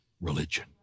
religion